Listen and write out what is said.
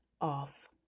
off